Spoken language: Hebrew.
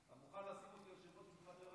אתה מוכן לשים אותי יושב-ראש, להתפטר,